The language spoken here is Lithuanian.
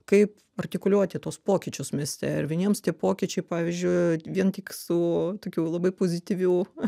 kaip artikuliuoti tuos pokyčius mieste ir vieniems tie pokyčiai pavyzdžiui vien tik su tokiu labai pozityviu